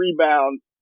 rebounds